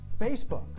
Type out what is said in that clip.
Facebook